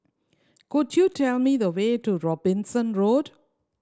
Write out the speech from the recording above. could you tell me the way to Robinson Road